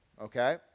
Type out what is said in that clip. okay